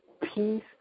peace